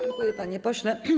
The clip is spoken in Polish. Dziękuję, panie pośle.